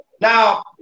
Now